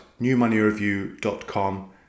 newmoneyreview.com